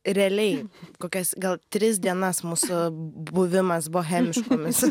realiai kokias gal tris dienas mūsų buvimas bohemiškomis